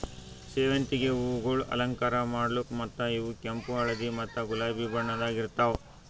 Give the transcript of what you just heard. ಸೇವಂತಿಗೆ ಹೂವುಗೊಳ್ ಅಲಂಕಾರ ಮಾಡ್ಲುಕ್ ಮತ್ತ ಇವು ಕೆಂಪು, ಹಳದಿ ಮತ್ತ ಗುಲಾಬಿ ಬಣ್ಣದಾಗ್ ಇರ್ತಾವ್